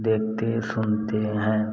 देखते सुनते हैं